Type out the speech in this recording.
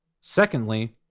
Secondly